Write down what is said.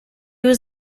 was